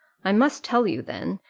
i must tell you, then,